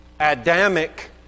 Adamic